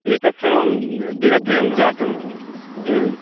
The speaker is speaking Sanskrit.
एतत् सर्वं दिनद्वयं जातम् एवं